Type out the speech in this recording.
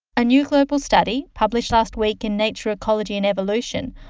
a new global study published last week in nature ecology and evolution,